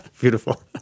Beautiful